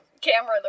camera